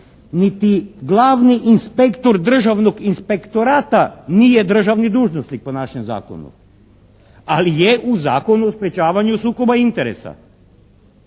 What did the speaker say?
niti Glavni inspektor Državnog inspektorata nije državni dužnosnik po našem Zakonu, ali je u Zakonu o sprječavanju sukoba interesa.